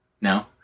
No